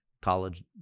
college